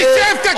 תשב, תקשיב.